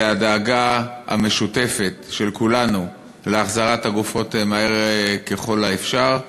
וזה הדאגה המשותפת של כולנו להחזרת הגופות מהר ככל האפשר,